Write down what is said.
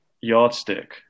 yardstick